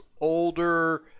older